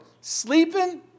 Sleeping